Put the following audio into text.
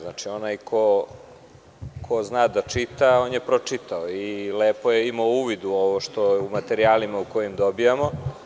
Onaj ko zna da čita, on je pročitao i lepo je imao uvid u ovo što je u materijalima u kojim dobijamo.